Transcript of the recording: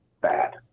bad